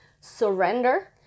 surrender